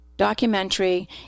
documentary